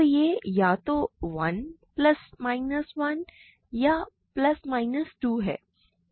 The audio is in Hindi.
तो यह या तो 1 प्लस माइनस 1 या प्लस माइनस 2 है